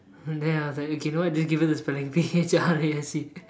then I was like okay do you know what just give her the spelling P H R A S E